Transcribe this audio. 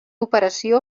operació